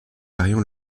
parents